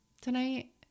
tonight